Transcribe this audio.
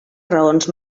raons